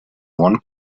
one